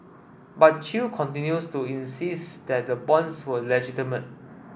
but Chew continues to insist that the bonds were legitimate